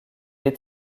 est